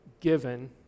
given